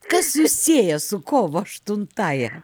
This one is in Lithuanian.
kas jus sieja su kovo aštuntąja